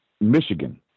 Michigan